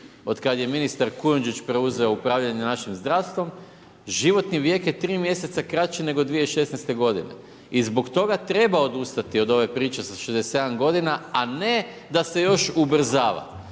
od kad je ministar Kujundžić preuzeo upravljanje našim zdravstvom, životni vijek je 3 mj. kraći nego 2016. g. i zbog toga treba odustati od ove priče sa 67 g. a ne da se još ubrzava.